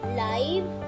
live